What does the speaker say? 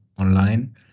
online